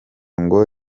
ngo